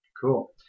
Cool